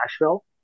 Nashville